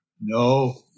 No